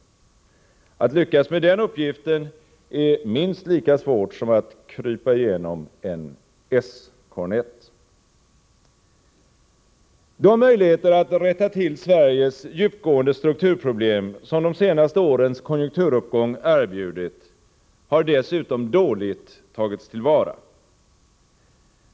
Att lyckas med den uppgiften är minst lika svårt som att krypa igenom en ”-kornett”. De möjligheter att rätta till Sveriges djupgående strukturproblem som de senaste årens konjunkturuppgång erbjudit har dessutom dåligt tagits till vara.